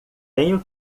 tenho